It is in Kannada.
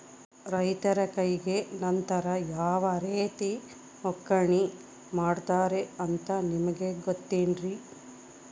ರೈತರ ಕೈಗೆ ನಂತರ ಯಾವ ರೇತಿ ಒಕ್ಕಣೆ ಮಾಡ್ತಾರೆ ಅಂತ ನಿಮಗೆ ಗೊತ್ತೇನ್ರಿ?